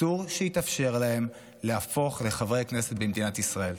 אסור שיתאפשר להם להפוך לחברי כנסת במדינת ישראל.